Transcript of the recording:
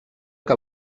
que